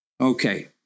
Okay